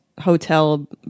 hotel